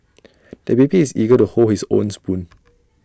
the baby is eager to hold his own spoon